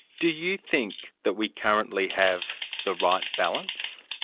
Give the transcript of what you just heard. do you think that we currently have the right balance?